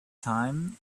time